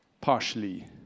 partially